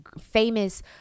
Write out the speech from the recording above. famous